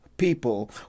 People